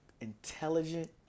intelligent